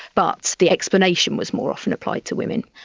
but the explanation was more often applied to women.